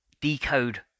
decode